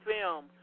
film